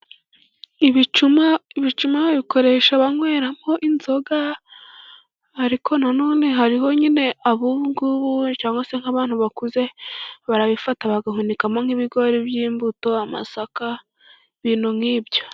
Ibicuma, ibicuma babikoresha banyweramo inzoga, ariko nanone hariho nyine ububu ngubu cyangwa se nk'abantu bakuze barabifata bagahunikamo nk'ibigori by'imbuto, amasaka, ibintu nk'ibyo.